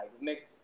Next